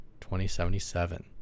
2077